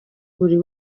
buri